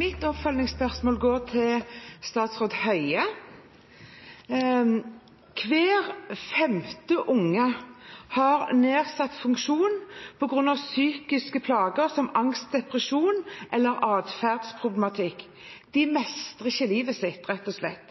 Mitt oppfølgingsspørsmål går til statsråd Høie. Hver femte unge har nedsatt funksjon på grunn av psykiske plager som angst/depresjon eller atferdsproblematikk. De mestrer ikke livet sitt, rett og slett.